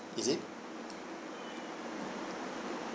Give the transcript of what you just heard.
is it